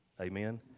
Amen